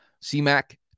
C-Mac